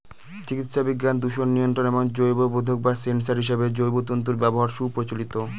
চিকিৎসাবিজ্ঞান, দূষণ নিয়ন্ত্রণ এবং জৈববোধক বা সেন্সর হিসেবে জৈব তন্তুর ব্যবহার সুপ্রচলিত